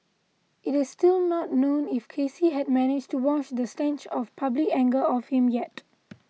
it is still not known if Casey had managed to wash the stench of public anger off him yet